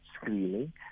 screening